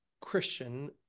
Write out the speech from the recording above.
Christian